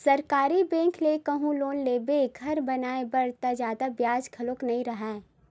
सरकारी बेंक ले कहूँ लोन लेबे घर बनाए बर त जादा बियाज घलो नइ राहय